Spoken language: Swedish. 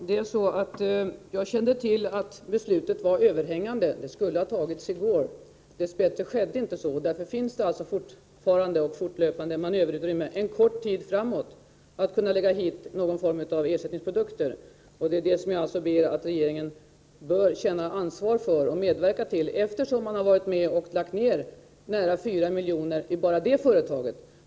Herr talman! Jag kände till att beslutet var överhängande. Det skulle ha tagits i går. Dess bättre skedde inte det, och därför finns det alltså fortfarande ett manöverutrymme en kort tid framåt att lägga hit någon form av ersättningsproduktion. Det är det som jag tycker att regeringen bör känna ansvar för och medverka till, eftersom man har varit med om att lägga ner nära 4 milj.kr. i bara detta företag.